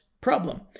problem